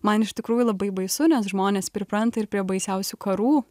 man iš tikrųjų labai baisu nes žmonės pripranta ir prie baisiausių karų